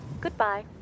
Goodbye